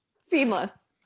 seamless